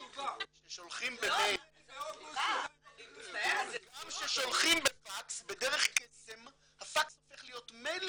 כששולחים במייל --- גם כששולחים בפקס בדרך קסם הפקס הופך להיות מייל